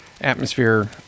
atmosphere